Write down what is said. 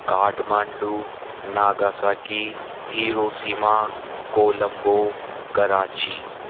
Kathmandu Nagasaki Hiroshima Colombo Karachi